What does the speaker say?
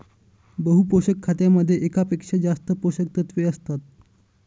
बहु पोषक खतामध्ये एकापेक्षा जास्त पोषकतत्वे असतात